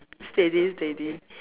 steady steady